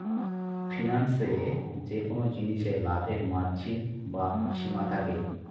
ফিন্যান্সে যেকোন জিনিসে লাভের মার্জিন বা সীমা থাকে